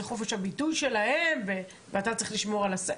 זה חופש הביטוי שלהם ואתה צריך לשמור על הסדר.